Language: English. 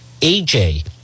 AJ